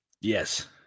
Yes